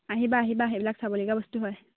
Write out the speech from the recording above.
আহিবা আহিবা সেইবিলাক চাবলগীয়া বস্তু হয়